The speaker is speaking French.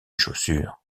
chaussure